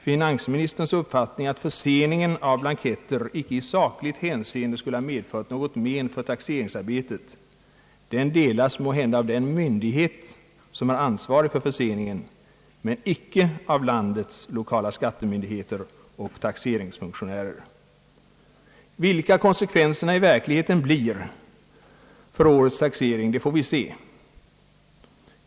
Finansministerns uppfattning att förseningen av blanketter icke i sakligt hänseende skulle ha medfört något men för taxeringsarbetet delas måhända av den myndighet, som är ansvarig för förseningen, men icke av landets lokala skattemyndigheter och taxeringsfunktionärer, Vilka konsekvenserna i verkligheten blir för årets taxering får vi se.